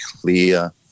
clear